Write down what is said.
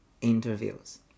interviews